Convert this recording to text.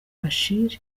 bashir